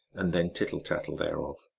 and then tittle-tattle thereof.